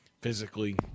physically